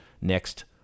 next